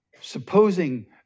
Supposing